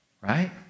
right